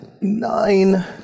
Nine